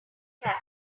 trash